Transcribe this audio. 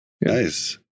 nice